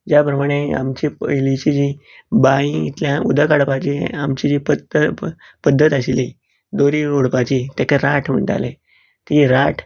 ज्या प्रमाणे आमची पयलीची जी बांयेतल्यान उदक काडपाचे जी पद्द पद्त आशिल्ली दोरयो ओडपाची तेका रांठ म्हणटाले ती राठ